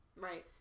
Right